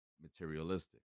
materialistic